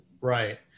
Right